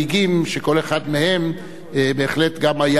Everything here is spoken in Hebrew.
שכל אחד מהם בהחלט גם היה,